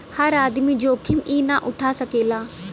हर आदमी जोखिम ई ना उठा सकेला